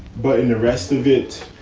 but in the rest of it,